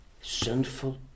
sinful